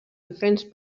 diferents